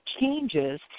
changes